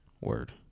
Word